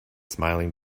smiling